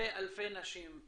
אלפי אלפי נשים.